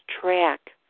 track